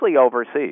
overseas